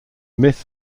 myth